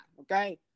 okay